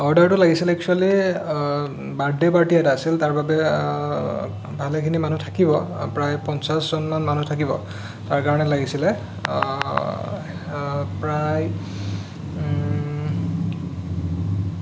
অৰ্ডাৰটো লাগিছিল actually birthday party এটা আছিল তাৰ বাবে ভালেখিনি মানুহ থাকিব প্ৰায় পঞ্চাছজনমান মানুহ থাকিব তাৰকাৰণে লাগিছিলে প্ৰায়